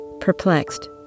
perplexed